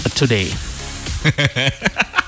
today